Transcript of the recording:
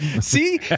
See